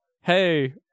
hey